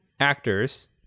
actors